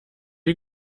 die